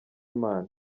imana